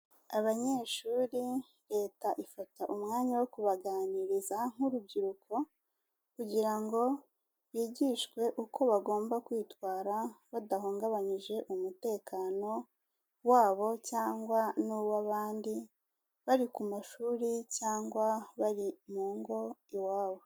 Abanyeshuri leta ifata umwanya wo kubaganiriza nk'urubyiruko, kugira ngo bigishwe uko bagomba kwitwara badahungabanyije umutekano wabo cyangwa n'uw'abandi, bari ku mashuri cyangwa bari mu ngo iwabo.